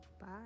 bye